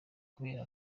kubera